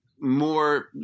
more